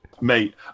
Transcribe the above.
Mate